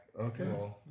Okay